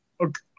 Okay